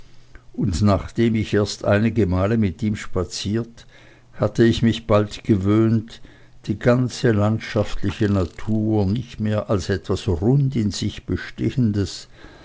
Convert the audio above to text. und nachdem ich erst einige male mit ihm spaziert hatte ich mich bald gewöhnt die ganze landschaftliche natur nicht mehr als etwas rund in sich bestehendes